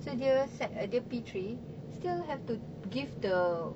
so dia accept dia P three still have to give the